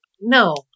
no